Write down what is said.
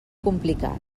complicat